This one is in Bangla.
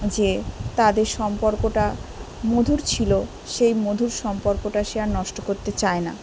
যে তাদের সম্পর্কটা মধুর ছিল সেই মধুর সম্পর্কটা সে আর নষ্ট করতে চায় না